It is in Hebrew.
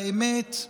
האמת,